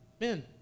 Men